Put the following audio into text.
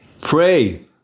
Pray